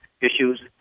issues